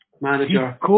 Manager